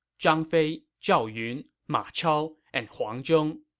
zhang fei, zhao yun, ma chao, and huang zhong.